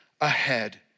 ahead